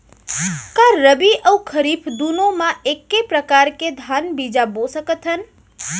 का रबि अऊ खरीफ दूनो मा एक्के प्रकार के धान बीजा बो सकत हन?